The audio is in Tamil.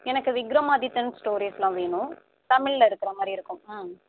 எனக்கு விக்ரமாதித்தன் ஸ்டோரிஸ்லாம் வேணும் தமிழில் இருக்கிற மாதிரி இருக்கும் ம்